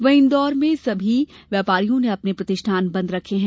वहीं इंदौर में सभी व्यापारियों ने अपने प्रतिष्ठान बंद रखे हैं